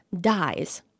dies